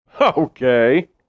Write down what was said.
Okay